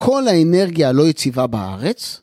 כל האנרגיה לא יציבה בארץ,